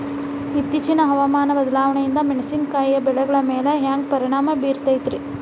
ಇತ್ತೇಚಿನ ಹವಾಮಾನ ಬದಲಾವಣೆಯಿಂದ ಮೆಣಸಿನಕಾಯಿಯ ಬೆಳೆಗಳ ಮ್ಯಾಲೆ ಹ್ಯಾಂಗ ಪರಿಣಾಮ ಬೇರುತ್ತೈತರೇ?